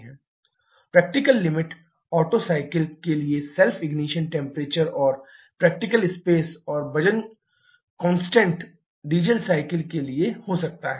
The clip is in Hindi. प्रैक्टिकल लिमिट ओटो साइकल के लिए सेल्फ इग्निशन टेम्प्रेचर और प्रैक्टिकल स्पेस और वज़न कांस्टेंट डीजल साइकल के लिए हो सकता है